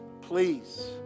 Please